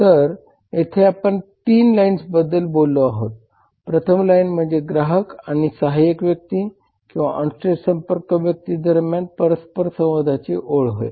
तर येथे आपण 3 लाईन्सबद्दल बोललो आहोत प्रथम लाईन म्हणजे ग्राहक आणि सहाय्यक व्यक्ती किंवा ऑनस्टेज संपर्क व्यक्ती दरम्यान परस्परसंवादाची ओळ होय